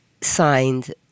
signed